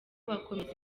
bakomeza